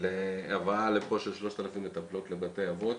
להבאה לפה של 3,000 מטפלות לבתי אבות,